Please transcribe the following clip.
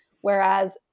whereas